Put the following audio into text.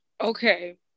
Okay